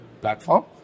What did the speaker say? platform